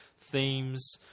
themes